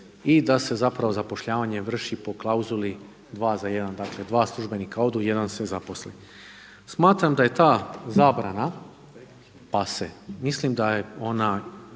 i da se zapošljavanje vrši po klauzuli dva za jedan, dakle dva službenika odu jedan se zaposli. Smatram da je ta zabrana pase, mislim da je ona